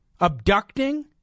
abducting